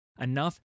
enough